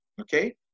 Okay